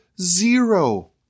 zero